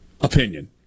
opinion